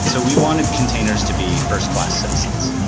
so we wanted containers to be first class citizens.